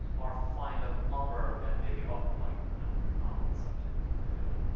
or find a plumber when they give up, like i'm often subject to doing.